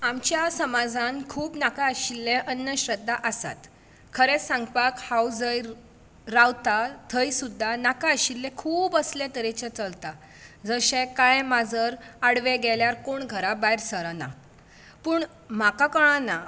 आमच्या समाजांत खूब नाका आशिल्ले अंधश्रद्धा आसात खरें सांगपाक हांव जय र रावतां थंय सुद्दां नाका आशिल्लें खूब असलें तरेचें चलता जशें काळें माजर आडवें गेल्यार कोण घरा भायर सरना पूण म्हाका कळना